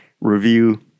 review